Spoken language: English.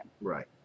right